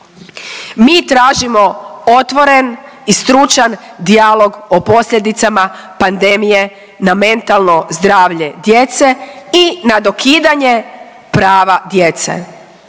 Mi tražimo otvoren i stručan dijalog o posljedicama pandemije na mentalno zdravlje djece i na dokidanje prava djece,